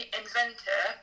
inventor